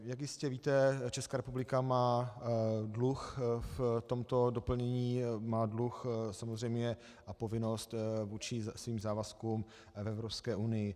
Jak jistě víte, Česká republika má dluh v tomto doplnění, má dluh samozřejmě a povinnost vůči svým závazkům v Evropské unii.